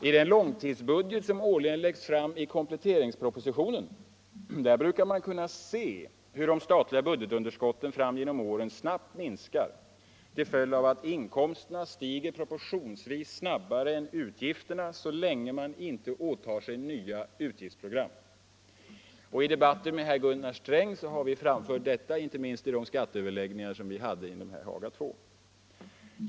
I den långtidsbudget som årligen läggs fram i kompletteringspropositionen brukar man kunna se hur de statliga budgetunderskotten fram genom åren snabbt minskar till följd av att inkomsterna stiger propor tionsvis snabbare än utgifterna så länge man inte åtar sig nya utgiftsprogram. I debatten med herr Sträng har vi framfört detta, inte minst i de skatteöverläggningar som vi hade i samband med Haga II.